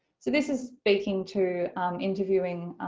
so this is speaking to interviewing,